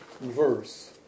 verse